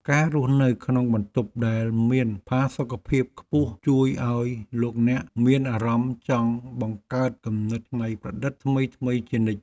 ការរស់នៅក្នុងបន្ទប់ដែលមានផាសុកភាពខ្ពស់ជួយឱ្យលោកអ្នកមានអារម្មណ៍ចង់បង្កើតគំនិតច្នៃប្រឌិតថ្មីៗជានិច្ច។